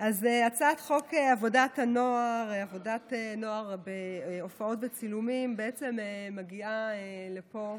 הצעת חוק עבודת נוער בהופעות וצילומים מגיעה לפה,